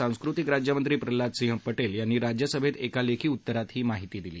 सांस्कृतिक राज्यमंत्री प्रल्हादसिंग पटेल यांनी राज्यसभेत एका लेखी उत्तरात ही माहिती दिली